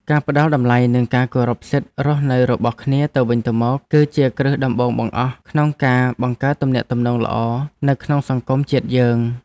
ការផ្តល់តម្លៃនិងការគោរពសិទ្ធិរស់នៅរបស់គ្នាទៅវិញទៅមកគឺជាគ្រឹះដំបូងបង្អស់ក្នុងការបង្កើតទំនាក់ទំនងល្អនៅក្នុងសង្គមជាតិយើង។